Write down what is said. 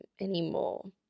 anymore